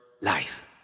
life